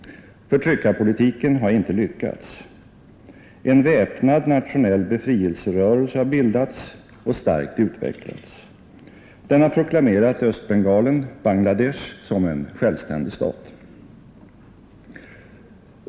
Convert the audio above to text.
Förtryckarpolitiken har icke lyckats. En väpnad nationell befrielserörelse har bildats och starkt utvecklats. Den har proklamerat Östbengalen, Bangla Desh, som en självständig stat.